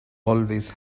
always